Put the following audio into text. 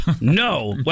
No